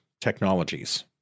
technologies